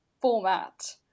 format